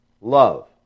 Love